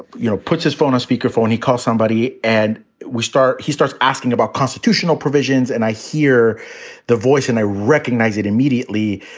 you know, puts his phone on speaker phone. he calls somebody and we start he starts asking about constitutional provisions. and i hear the voice and i recognize it immediately,